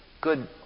good